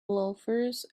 loafers